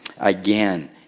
Again